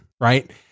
right